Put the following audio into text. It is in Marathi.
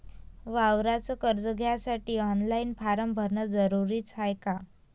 वावराच कर्ज घ्यासाठी ऑनलाईन फारम भरन जरुरीच हाय का?